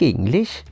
English